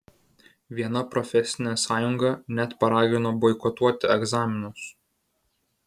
viena profesinė sąjunga net paragino boikotuoti egzaminus